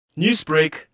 Newsbreak